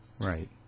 Right